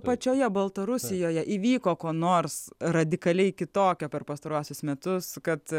pačioje baltarusijoje įvyko ko nors radikaliai kitokio per pastaruosius metus kad